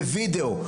בווידאו,